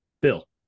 Bill